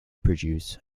produce